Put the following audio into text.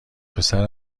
پسر